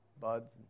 buds